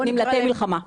נמלטי מלחמה --- יאללה,